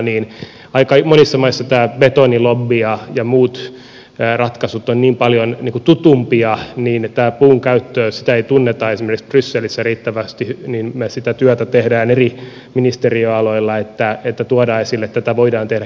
kun aika monissa maissa tämä beto nilobby ja muut ratkaisut ovat niin paljon tutumpia ja tätä puun käyttöä ei tunneta esimerkiksi brysselissä riittävästi niin me sitä työtä teemme eri ministeriöaloilla että tuodaan esille että tätä voidaan tehdä kestävästi